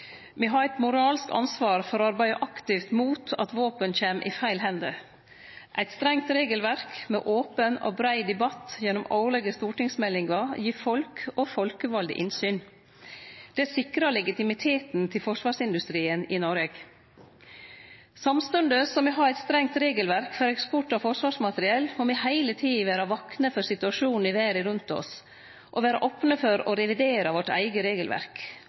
Me har eit moralsk ansvar for å arbeide aktivt mot at våpen kjem i feil hender. Eit strengt regelverk, med open og brei debatt gjennom årlege stortingsmeldingar, gir folk og folkevalde innsyn. Det sikrar legitimiteten til forsvarsindustrien i Noreg. Samstundes som me har eit strengt regelverk for eksport av forsvarsmateriell, må me heile tida vere vakne for situasjonen i verda rundt oss, og vere opne for å revidere vårt eige regelverk.